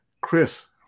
Chris